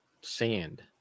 sand